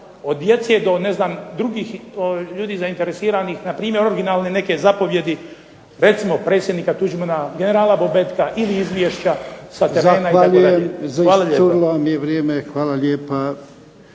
od djece i drugih ljudi zainteresiranih npr. originalne neke zapovijedi, recimo predsjednika Tuđmana, generala Bobetka ili izvješća ... Hvala lijepo.